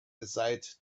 aside